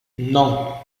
non